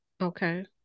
Okay